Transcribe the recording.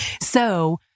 so-